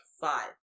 Five